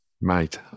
Mate